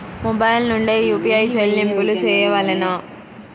Mobile నుండే UPI చెల్లింపులు చేయవలెనా?